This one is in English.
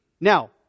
Now